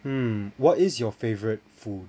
hmm what is your favourite food